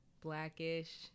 blackish